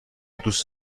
دوست